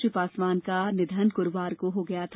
श्री पासवान का निधन गुरूवार को हो गया था